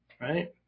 right